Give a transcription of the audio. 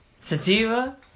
Sativa